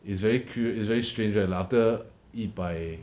it's very crud~ it's very strange right like after 一百